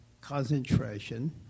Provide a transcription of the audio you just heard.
concentration